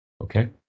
Okay